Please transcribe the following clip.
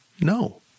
no